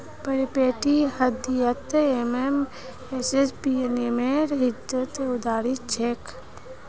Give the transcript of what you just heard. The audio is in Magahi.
पीरपैंती हटियात एम.एस.पी नियमेर धज्जियां उड़ाई छेक